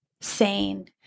sane